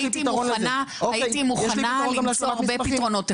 הייתי מוכנה למצוא הרבה פתרונות טכנולוגיים.